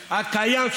הקיים,